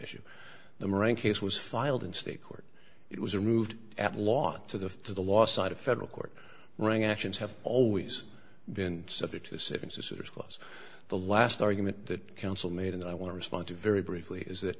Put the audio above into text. issue the moran case was filed in state court it was removed at lot to the to the law side of federal court wrong actions have always been subject to the seven sisters clause the last argument that counsel made and i want to respond to very briefly is that